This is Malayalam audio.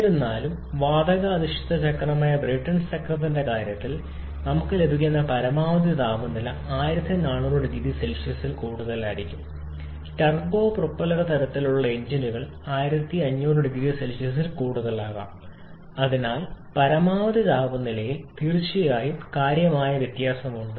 എന്നിരുന്നാലും വാതക അധിഷ്ഠിത ചക്രമായ ബ്രേട്ടൺ ചക്രത്തിന്റെ കാര്യത്തിൽ നമുക്ക് ലഭിക്കുന്ന പരമാവധി താപനില 1400 0C യിൽ കൂടുതലായിരിക്കും ടർബോ പ്രൊപ്പല്ലർ തരത്തിലുള്ള എഞ്ചിനുകൾ 1500 0C ൽ കൂടുതലാകാം അതിനാൽ പരമാവധി താപനിലയിൽ തീർച്ചയായും കാര്യമായ വ്യത്യാസമുണ്ട്